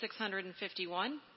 651